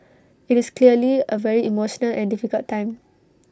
IT is clearly A very emotional and difficult time